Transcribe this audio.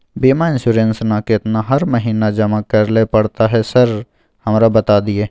बीमा इन्सुरेंस ना केतना हर महीना जमा करैले पड़ता है सर हमरा बता दिय?